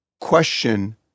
question